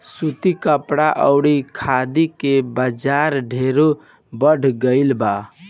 सूती कपड़ा अउरी खादी के बाजार ढेरे बढ़ गईल बा